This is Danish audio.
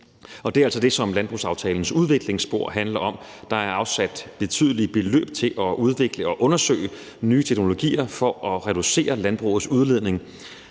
Det er altså det, som landbrugsaftalens udviklingsspor handler om. Der er afsat betydelige beløb til at udvikle og undersøge nye teknologier for at reducere landbrugets udledning,